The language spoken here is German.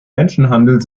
menschenhandel